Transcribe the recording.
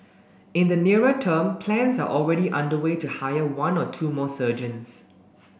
in the nearer term plans are already underway to hire one or two more surgeons